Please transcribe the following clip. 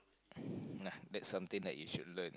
nah that's something that you should learn